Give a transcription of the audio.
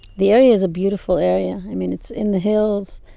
the area is a beautiful area. i mean it's in the hills,